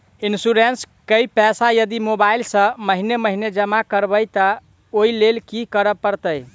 Insurance केँ पैसा यदि मोबाइल सँ महीने महीने जमा करबैई तऽ ओई लैल की करऽ परतै?